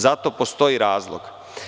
Zato postoji razlog.